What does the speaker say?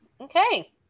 Okay